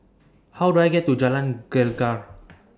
How Do I get to Jalan Gelegar